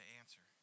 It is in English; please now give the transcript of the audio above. answer